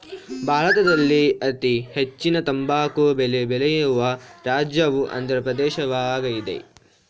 ಭಾರತದಲ್ಲಿ ಅತೀ ಹೆಚ್ಚಿನ ತಂಬಾಕು ಬೆಳೆ ಬೆಳೆಯುವ ರಾಜ್ಯವು ಆಂದ್ರ ಪ್ರದೇಶವಾಗಯ್ತೆ